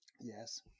Yes